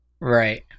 Right